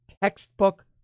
textbook